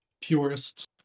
purists